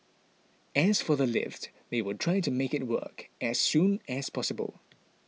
as for the lift they will try to make it work as soon as possible